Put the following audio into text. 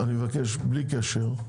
מבקש, בלי קשר,